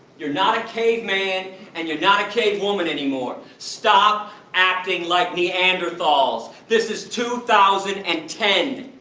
you're not a caveman and you're not a cavewoman anymore. stop acting like neanderthals! this is two thousand and ten!